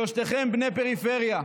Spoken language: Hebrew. שלושתכם בני פריפריה.